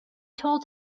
told